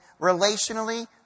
relationally